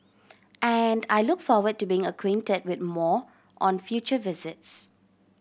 and I look forward to being acquainted with more on future visits